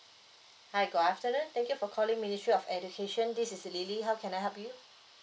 hi good afternoon thank you for calling ministry of education this is lily how can I help you